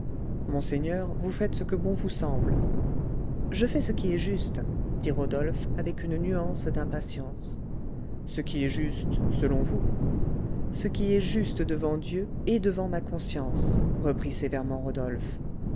monseigneur vous faites ce que bon vous semble je fais ce qui est juste dit rodolphe avec une nuance d'impatience ce qui est juste selon vous ce qui est juste devant dieu et devant ma conscience reprit sévèrement rodolphe